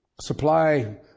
supply